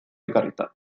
ekarrita